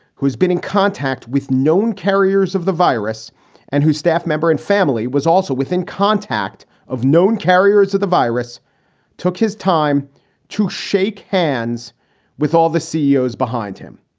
who's been in contact with known carriers of the virus and whose staff member and family was also within contact of known. carriers of the virus took his time to shake hands with all the ceos behind him,